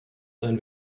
sein